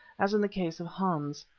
as in the case of hans.